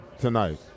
tonight